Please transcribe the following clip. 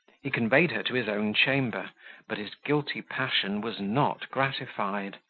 he conveyed her to his own chamber but his guilty passion was not gratified.